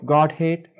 Godhead